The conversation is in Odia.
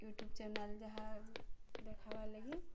ୟୁଟ୍ୟୁବ୍ ଚ୍ୟାନେଲ୍ ଯାହା ଦେଖାବାର୍ ଲାଗି